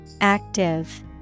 Active